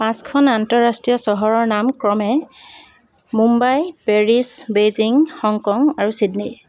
পাঁচখন আন্তঃৰাষ্ট্ৰীয় চহৰৰ নাম ক্ৰমে মুম্বাই পেৰিছ বেইজিং হংকং আৰু ছিডনি